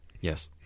Yes